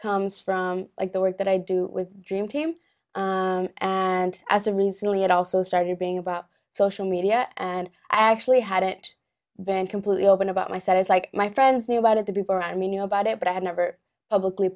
comes from the work that i do with dream team and as a result it also started being about social media and i actually hadn't been completely open about my side is like my friends knew about it the group around me knew about it but i had never publicly